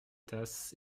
tasses